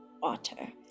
water